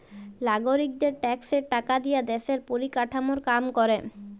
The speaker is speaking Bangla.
লাগরিকদের ট্যাক্সের টাকা দিয়া দ্যশের পরিকাঠামর কাম ক্যরে